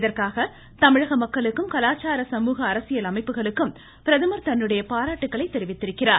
இதற்காக தமிழக மக்களுக்கும் கலாச்சார சமூக அரசியல் அமைப்புகளுக்கும் பிரதமர் தன்னுடைய பாராட்டுக்களை தெரிவித்திருக்கிறார்